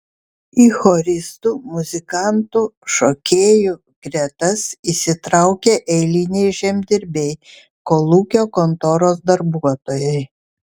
į choristų muzikantų šokėjų gretas įsitraukė eiliniai žemdirbiai kolūkio kontoros darbuotojai